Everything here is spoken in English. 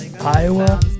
Iowa